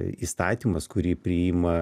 įstatymas kurį priima